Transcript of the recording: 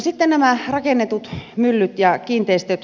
sitten nämä rakennetut myllyt ja kiinteistöt